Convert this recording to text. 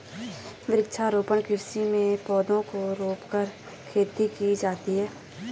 वृक्षारोपण कृषि में पौधों को रोंपकर खेती की जाती है